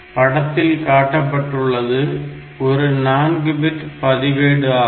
படத்தில் காட்டப்பட்டுள்ளது ஒரு 4 பிட் பதிவேடு ஆகும்